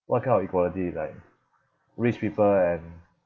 what kind of equality like rich people and